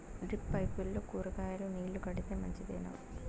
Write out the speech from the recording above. Drip పైపుల్లో కూరగాయలు నీళ్లు కడితే మంచిదేనా?